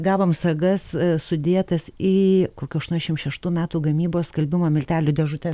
gavom sagas sudėtas į kokio aštuoniasdešim šeštų metų gamybos skalbimo miltelių dėžutes